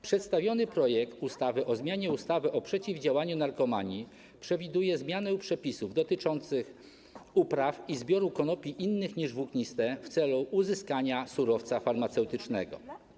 Przedstawiony projekt ustawy o zmianie ustawy o przeciwdziałaniu narkomanii przewiduje zmianę przepisów dotyczących upraw i zbioru konopi innych niż włókniste w celu uzyskania surowca farmaceutycznego.